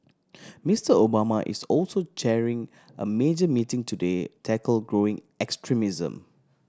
Mister Obama is also chairing a major meeting today tackle growing extremism